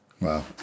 Wow